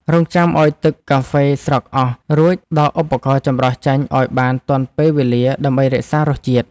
រង់ចាំឱ្យទឹកកាហ្វេស្រក់អស់ រួចដកឧបករណ៍ចម្រោះចេញឱ្យបានទាន់ពេលវេលាដើម្បីរក្សារសជាតិ។